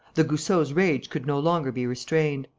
the goussots' rage could no longer be restrained.